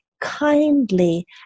kindly